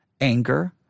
Anger